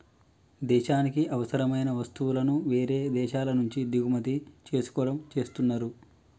దేశానికి అవసరమైన వస్తువులను వేరే దేశాల నుంచి దిగుమతి చేసుకోవడం చేస్తున్నరు